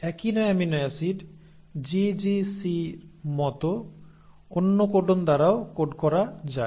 একই amino acid GGC র মতো অন্য কোডন দ্বারাও কোড করা যায়